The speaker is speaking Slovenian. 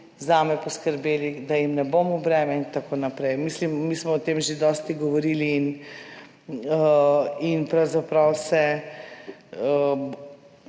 zame poskrbeli, da jim ne bom v breme in tako naprej. Mislim, mi smo o tem že dosti govorili in pravzaprav se